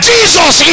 Jesus